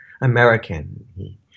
American